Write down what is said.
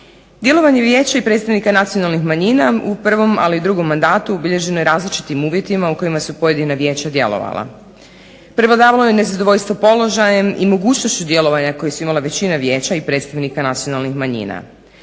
Djelovanje vijeću i predstavnika nacionalnih manjina u provom ali i drugom mandatu obilježeno je različitim uvjetima u kojima su pojedina vijeća djelovala. Prevladavalo je nezadovoljstvo položajem i mogućnošću djelovanja koje su imale većine vijeća i predstavnika nacionalnih manjina.